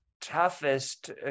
toughest